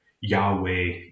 yahweh